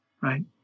Right